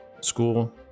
school